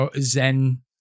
Zen